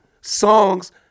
songs